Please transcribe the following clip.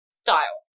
style